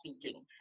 speaking